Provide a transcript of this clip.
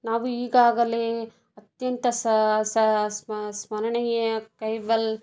ನಾವು ಈಗಾಗಲೇ ಅತ್ಯಂತ ಸ್ಮರಣೀಯ ಕೈವಲ್